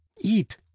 eat